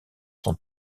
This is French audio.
son